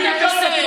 נתניהו אמר: